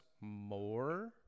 more